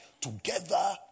together